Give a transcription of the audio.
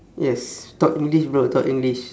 yes talk english bro talk english